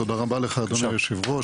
תודה רבה לך אדוני היושב ראש,